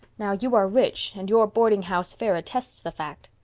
now, you are rich and your boardinghouse fare attests the fact.